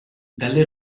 dalle